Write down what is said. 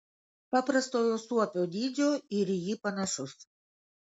paprastojo suopio dydžio ir į jį panašus